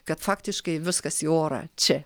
kad faktiškai viskas į orą čia